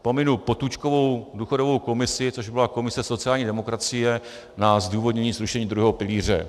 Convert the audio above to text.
Pominu Potůčkovu důchodovou komisi, což byla komise sociální demokracie na zdůvodnění zrušení druhého pilíře.